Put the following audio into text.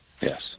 Yes